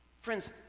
Friends